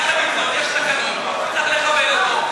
יחד עם זאת, יש תקנון, וצריך לכבד אותו.